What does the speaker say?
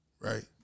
right